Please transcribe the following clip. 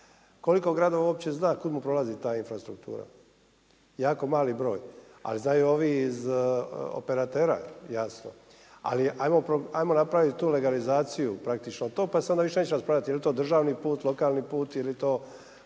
Koliko gradova uopće zna kud mu prolazi ta infrastruktura? Jako mali broj, ali znaju ovi iz operatera, jasno. Ali ajmo napraviti tu legalizaciju pa se onda više neće raspravljati je li to državni put, lokalni put ili dobro,